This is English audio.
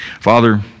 father